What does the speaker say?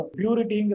purity